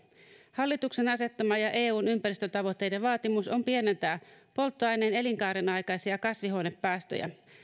hallituksen asettama ja eun ympäristötavoitteiden vaatimus on pienentää polttoaineen elinkaaren aikaisia kasvihuonepäästöjä